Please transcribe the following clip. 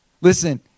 Listen